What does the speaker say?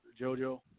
Jojo